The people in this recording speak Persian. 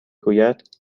گوید